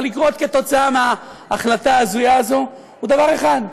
לקרות כתוצאה מההחלטה ההזויה הזאת הוא אחד: